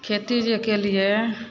खेती जे कयलियै